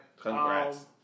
Congrats